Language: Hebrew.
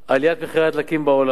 עליית מחירי הדלקים בעולם.